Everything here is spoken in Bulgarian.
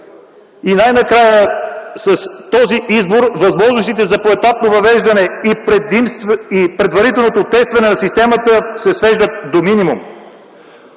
И най-накрая, с този избор възможностите за поетапно въвеждане и предварителното тестване на системата се свеждат до минимум.